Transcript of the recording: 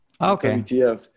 Okay